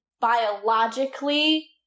biologically